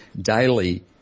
daily